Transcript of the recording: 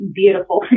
beautiful